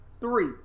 Three